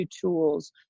tools